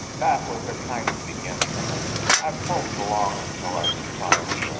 that was a kind of beginning. and i poked along until i could find,